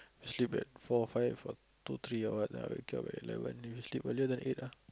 sleep at four five or two three or what lah wake up at eleven maybe sleep earlier than eight ah